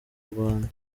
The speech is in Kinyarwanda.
rwanda